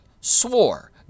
swore